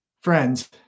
friends